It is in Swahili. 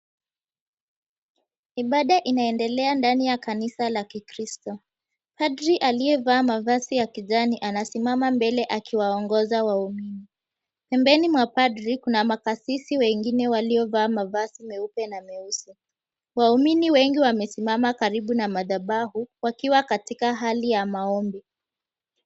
Ibada inaendelea ndani ya kanisa la kikristo. Padri aliyevaa mavazi ya kijani anasimama mbele akiwaongoza waumini. Pembeni mwa padri kuna makasisi wengine waliovaa mavazi meupe na meusi. Waumini wengi wamesimama karibu na madhabahu, wakiwa katika hali ya maombi.